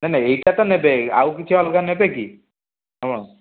ନାହିଁ ନାହିଁ ଏଇଟା ତ ନେବେ ଆଉ କିଛି ଅଲଗା ନେବେ କି